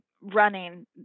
running